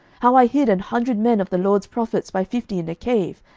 how i hid an hundred men of the lord's prophets by fifty in a cave,